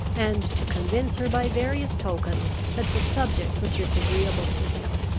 and to convince her by various tokens that the subject was disagreeable to him.